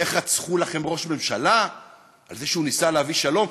איך רצחו לכם ראש ממשלה על זה שהוא ניסה להביא שלום.